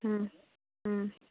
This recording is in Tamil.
ம் ம்